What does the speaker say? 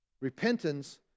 Repentance